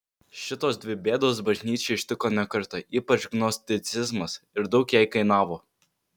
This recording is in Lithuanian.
šitos dvi bėdos bažnyčią ištiko ne kartą ypač gnosticizmas ir daug jai kainavo